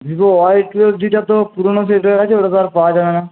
Vivo Y twelve জিটা তো পুরোনো সেট হয়ে গেছে ওটা তো আর পাওয়া যাবে না